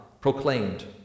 proclaimed